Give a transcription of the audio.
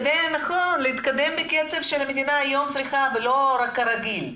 להתקדם בקצב שהמדינה היום צריכה ולא רק "כרגיל".